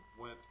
went